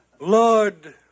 Lord